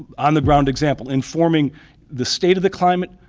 on the ground example in forming the state of the climate,